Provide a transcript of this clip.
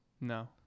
No